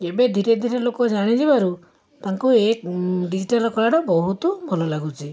ଏବେ ଧିରେ ଧିରେ ଲୋକ ଜାଣି ଯିବାରୁ ତାଙ୍କୁ ଏ ଡିଜିଟାଲ କଳାଟା ବହୁତ ଭଲ ଲାଗୁଛି